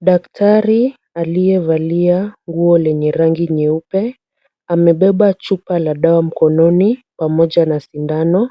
Daktari aliyevalia nguo lenye rangi nyeupe, amebeba chupa ya dawa mkononi pamoja na sindano,